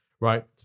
right